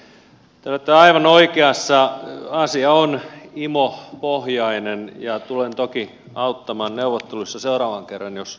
te olette aivan oikeassa asia on imo pohjainen ja tulen toki auttamaan neuvotteluissa seuraavan kerran jos apua tarvitset